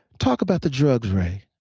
talk about the drugs, ray.